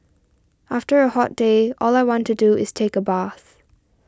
after a hot day all I want to do is take a bath